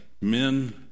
Men